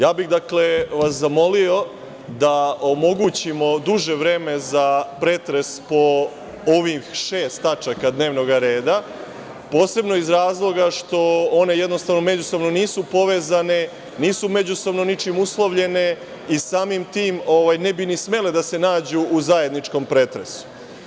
Ja bih, dakle, vas zamolio da omogućimo duže vreme za pretres po ovih šest tačaka dnevnog reda, posebno iz razloga što one jednostavno međusobno nisu povezane, nisu međusobno ničim uslovljene i samim tim ne bi ni smele da se nađu u zajedničkom pretresu.